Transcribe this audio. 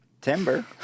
Timber